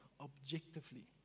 objectively